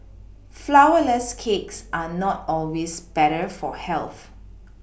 flourless cakes are not always better for health